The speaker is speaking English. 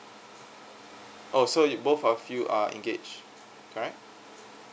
oh so you both of you are engage correct